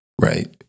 Right